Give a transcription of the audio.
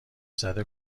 زده